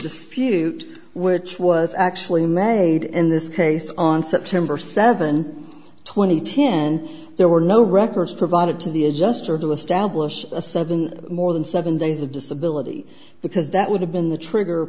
dispute which was actually made in this case on september seventh twenty ten there were no records provided to the adjuster to establish a sudden more than seven days of disability because that would have been the trigger